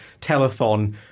telethon